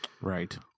Right